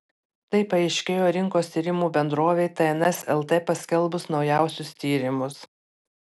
tai paaiškėjo rinkos tyrimų bendrovei tns lt paskelbus naujausius tyrimus